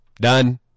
Done